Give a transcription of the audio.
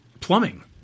plumbing